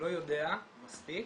לא יודעים מספיק,